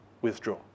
withdraw